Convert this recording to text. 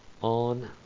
on